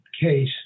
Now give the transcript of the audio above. case